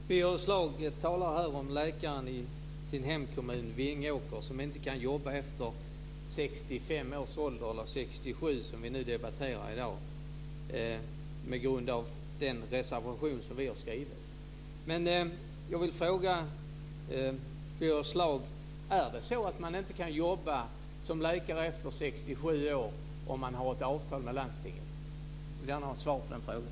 Fru talman! Birger Schlaug talar här om läkaren i sin hemkommun Vingåker, som inte kan jobba efter 65 års ålder - eller 67, som vi debatterar i dag. Grunden är den reservation som vi har skrivit. Jag vill gärna ha svar på den frågan.